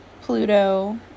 Pluto